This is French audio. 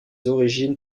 origines